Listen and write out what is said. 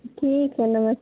ठीक है नमस्ते